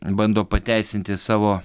bando pateisinti savo